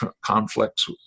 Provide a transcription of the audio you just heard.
conflicts